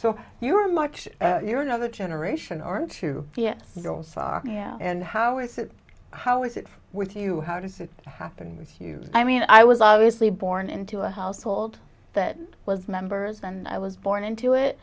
so you were much your another generation aren't you and how is it how is it with you how does it happen with you i mean i was obviously born into a household that was members and i was born into it